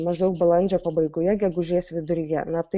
maždaug balandžio pabaigoje gegužės viduryje na tai